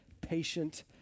patient